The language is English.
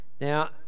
Now